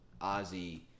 Ozzy